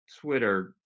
twitter